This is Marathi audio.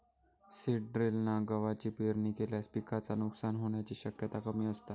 सीड ड्रिलना गवाची पेरणी केल्यास पिकाचा नुकसान होण्याची शक्यता कमी असता